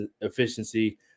efficiency